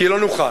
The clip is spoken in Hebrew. כי לא נוכל.